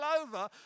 over